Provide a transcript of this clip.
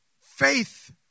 faith